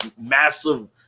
massive